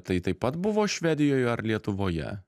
tai taip pat buvo švedijoj ar lietuvoje